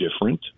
different